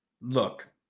look